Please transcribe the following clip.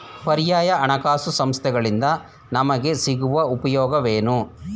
ಪರ್ಯಾಯ ಹಣಕಾಸು ಸಂಸ್ಥೆಗಳಿಂದ ನಮಗೆ ಸಿಗುವ ಉಪಯೋಗವೇನು?